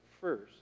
first